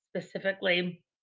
specifically